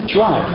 Try